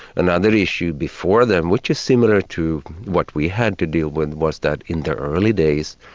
another issue before them, which is similar to what we had to deal with was that in the early days,